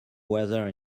weather